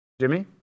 Jimmy